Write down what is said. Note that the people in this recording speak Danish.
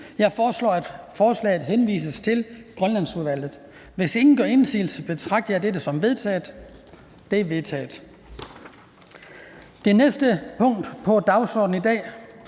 til folketingsbeslutning henvises til Grønlandsudvalget. Hvis ingen gør indsigelse, betragter jeg dette som vedtaget. Det er vedtaget. --- Det næste punkt på dagsordenen er: